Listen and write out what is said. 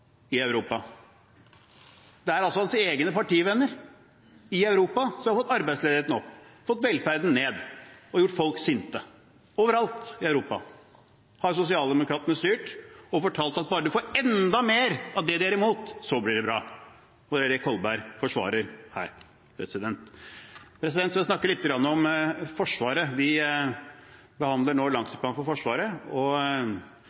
i Europa. Det er hans egne partivenner i Europa som har fått arbeidsledigheten opp, fått velferden ned og gjort folk sinte – overalt i Europa har sosialdemokratene styrt og fortalt at bare du får enda mer av det de er imot, blir det bra. Det er det representanten Kolberg forsvarer her. Så vil jeg snakke litt om Forsvaret. Vi behandler nå langtidsplanen for Forsvaret, og